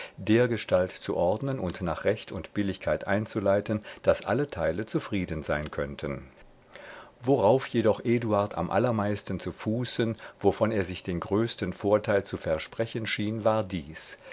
dergestalt zu ordnen und nach recht und billigkeit einzuleiten daß alle teile zufrieden sein könnten worauf jedoch eduard am allermeisten zu fußen wovon er sich den größten vorteil zu versprechen schien war dies